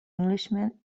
englishman